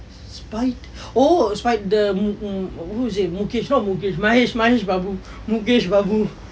spite oh spite the who is it mukesh what mukesh mahesh mahesh babu mukesh babu